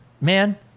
man